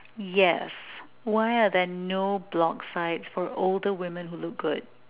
yes why are there no blog sites for older women who look good